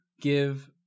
give